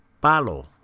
Palo